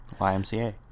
YMCA